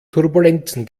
turbulenzen